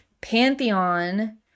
pantheon